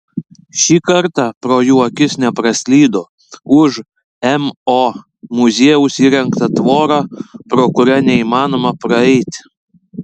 šį kartą pro jų akis nepraslydo už mo muziejaus įrengta tvora pro kurią neįmanoma praeiti